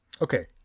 Okay